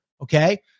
Okay